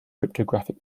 cryptographic